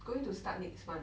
going to start next month